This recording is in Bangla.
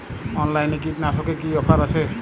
অনলাইনে কীটনাশকে কি অফার আছে?